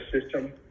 system